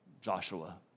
Joshua